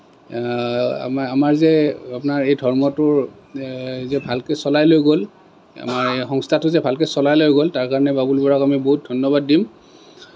আমাৰ যে আপোনাৰ এই ধৰ্মটোৰ যে ভালকৈ চলাই লৈ গ'ল আমাৰ এই সংস্থাটো যে ভালকৈ চলাই লৈ গ'ল তাৰকাৰণে বাবুল খুৰাক বহুত ধন্যবাদ দিম